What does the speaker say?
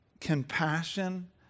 compassion